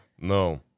No